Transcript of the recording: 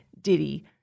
Diddy